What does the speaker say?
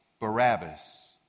Barabbas